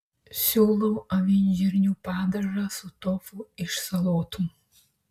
siūlau avinžirnių padažą su tofu iš salotų